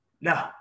No